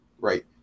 right